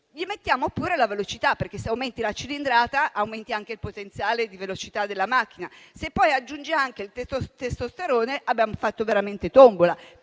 aggiungiamo pure la velocità perché, se aumenti la cilindrata, aumenti anche il potenziale di velocità della macchina. Se poi aggiunge anche il testosterone, abbiamo fatto veramente tombola.